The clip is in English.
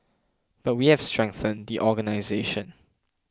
but we have strengthened the organisation